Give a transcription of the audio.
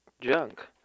junk